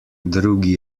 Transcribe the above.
drugi